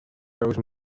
those